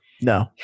No